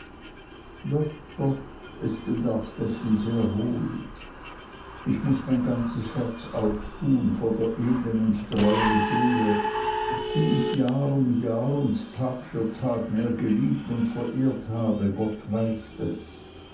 doch doch es bedarf dessen sehr wohl ich muß mein ganzes herz auftun vor der edlen und treuen seele die ich jahr um jahr und tag für tag mehr geliebt und verehrt habe gott weiß es